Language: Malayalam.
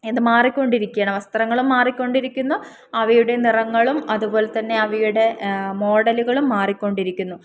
ഇത് മാറിക്കൊണ്ടിരിക്കുകയാണ് വസ്ത്രങ്ങളും മാറിക്കൊണ്ടിരിക്കുന്നു അവയുടെ നിറങ്ങളും അതുപോലെ തന്നെ അവയുടെ മോഡലുകളും മാറിക്കൊണ്ടിരിക്കുന്നു